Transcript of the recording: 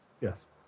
Yes